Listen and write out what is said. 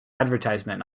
advertisement